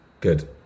Good